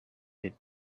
need